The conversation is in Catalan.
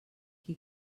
qui